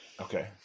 Okay